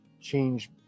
change